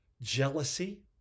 jealousy